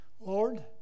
Lord